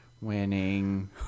winning